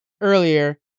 earlier